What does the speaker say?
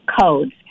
codes